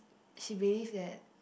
she believe that